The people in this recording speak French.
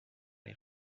les